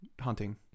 hunting